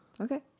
Okay